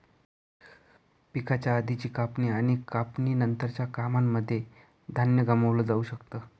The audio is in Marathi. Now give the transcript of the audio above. पिकाच्या आधीची कापणी आणि कापणी नंतरच्या कामांनमध्ये धान्य गमावलं जाऊ शकत